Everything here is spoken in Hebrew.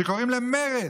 כשקוראים למרד,